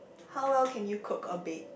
how well can you cook or bake